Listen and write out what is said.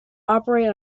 operate